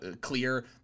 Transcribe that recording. clear